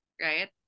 right